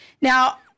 Now